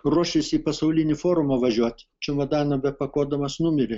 ruošėsi į pasaulinį forumą važiuot čemodaną bepakuodamas numirė